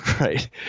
right